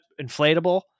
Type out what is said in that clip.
inflatable